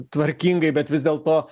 tvarkingai bet vis dėlto